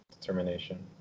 determination